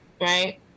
Right